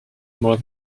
more